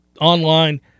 online